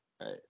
Right